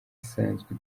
isanzwe